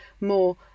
more